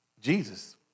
Jesus